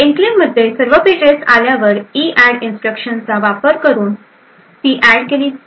एन्क्लेव्हमध्ये सर्व पेजेस आल्यावर ईऍड इन्स्ट्रक्शनचा वापर करून ती ऍड केली गेलीत